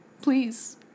Please